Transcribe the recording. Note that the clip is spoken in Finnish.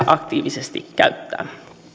aktiivisesti käyttää